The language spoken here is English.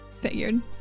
Figured